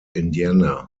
indiana